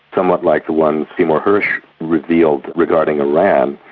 somewhat like the ones seymour hirsch revealed regarding iran,